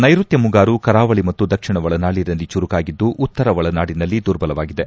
ನೈಋತ್ಯ ಮುಂಗಾರು ಕರಾವಳಿ ಮತ್ತು ದಕ್ಷಿಣ ಒಳನಾಡಿನಲ್ಲಿ ಚುರುಕಾಗಿದ್ದು ಉತ್ತರ ಒಳನಾಡಿನಲ್ಲಿ ದುರ್ಬಲವಾಗಿದೆ